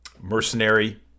mercenary –